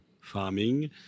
farming